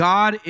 God